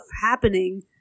happening